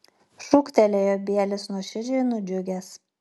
šūktelėjo bielis nuoširdžiai nudžiugęs